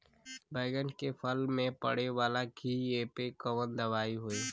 बैगन के फल में पड़े वाला कियेपे कवन दवाई होई?